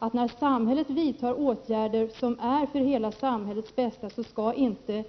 Men när samhället vidtar åtgärder för hela samhällets bästa måste den rimliga uppfattningen vara att